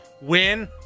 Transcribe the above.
Win